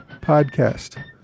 podcast